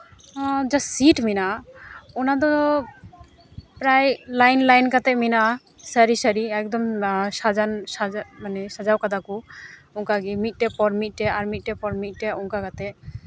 ᱡᱟᱦᱟᱸ ᱥᱤᱴ ᱢᱮᱱᱟᱜᱼᱟ ᱚᱱᱟᱫᱚ ᱯᱨᱟᱭ ᱞᱟᱭᱤᱱ ᱞᱟᱭᱤᱱ ᱠᱟᱛᱮᱫ ᱢᱮᱱᱟᱜᱼᱟ ᱥᱟᱹᱨᱤ ᱥᱟᱹᱨᱤ ᱮᱠᱫᱚᱢ ᱥᱟᱡᱟᱱ ᱥᱟᱡᱟᱱ ᱢᱟᱱᱮ ᱥᱟᱡᱟᱣ ᱠᱟᱫᱟ ᱠᱚ ᱚᱱᱠᱟᱜᱮ ᱢᱤᱫᱴᱮᱱ ᱯᱚᱨ ᱢᱤᱫᱴᱮᱱ ᱟᱨ ᱢᱤᱫᱴᱮᱱ ᱯᱚᱨ ᱢᱤᱫᱴᱮᱱ ᱚᱱᱠᱟ ᱠᱟᱛᱮᱫ